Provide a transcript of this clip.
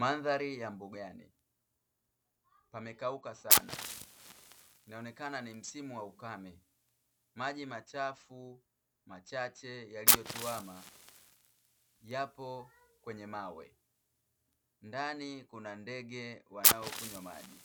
Mandhari ya mbugani, pamekauka sana ni msimu wa ukame; maji machafu, machache yaliyotuama yapo kwenye mawe. Ndani kuna ndege wanaokunywa maji